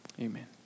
Amen